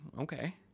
okay